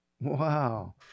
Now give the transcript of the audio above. Wow